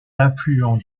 affluent